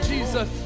Jesus